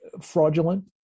fraudulent